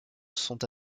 sont